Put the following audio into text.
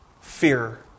fear